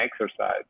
exercise